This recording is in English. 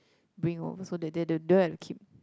bring over so they don't don't don't have to keep